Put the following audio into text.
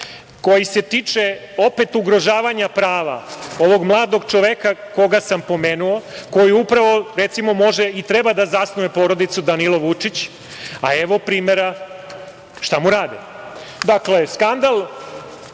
koji se tiče opet ugrožavanja prava ovog mladog čoveka koga sam pomenuo, koji upravo, recimo, može i treba da zasnuje porodicu, Danilo Vučić, a evo primera šta mu rade. Dakle, skandal